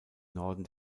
norden